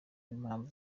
n’impamvu